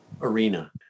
arena